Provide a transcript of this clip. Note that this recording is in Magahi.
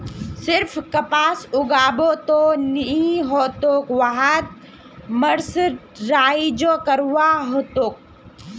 सिर्फ कपास उगाबो त नी ह तोक वहात मर्सराइजो करवा ह तोक